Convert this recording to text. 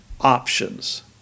options